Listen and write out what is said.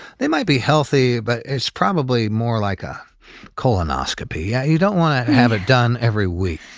they might be healthy but it's probably more like a colonoscopy. yeah you don't want to have it done every week.